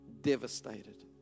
devastated